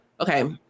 Okay